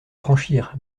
franchir